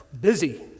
Busy